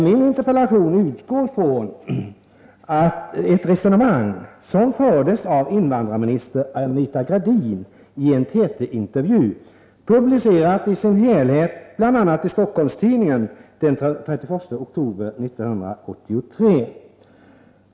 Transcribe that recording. Min interpellation utgår från ett resonemang som fördes av invandrarminister Anita Gradin i en TT-intervju, publicerad i sin helhet i bl.a. Stockholms-Tidningen den 31 oktober 1983.